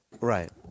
Right